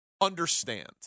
understand